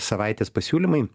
savaitės pasiūlymai